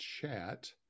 chat